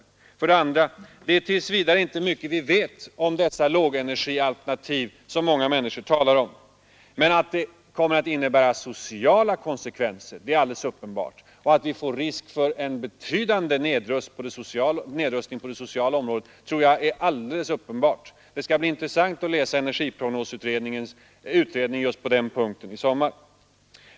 14 maj 1974 För det andra är det tills vidare inte mycket vi vet om dessa lågenergialternativ som många människor talar om, men att de kommer Energiförsörjatt innebära sociala konsekvenser är alldeles uppenbart, dvs. att det Ming m.m. föreligger risk för en betydande nedrustning på det sociala området. Det skall bli intressant att i sommar läsa vad energiprognosutredningen kommit till på den punkten.